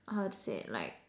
how to say like